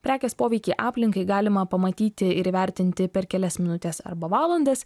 prekės poveikį aplinkai galima pamatyti ir įvertinti per kelias minutes arba valandas